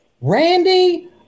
Randy